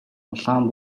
улаан